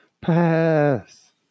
Pass